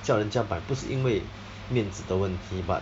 叫人家买不是因为面子的问题 but